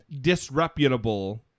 disreputable